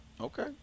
Okay